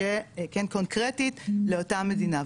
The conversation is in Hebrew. שכן קונקרטית לאותה מדינה.